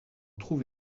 trouve